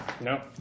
No